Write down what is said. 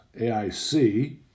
AIC